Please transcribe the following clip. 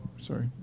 sorry